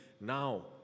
Now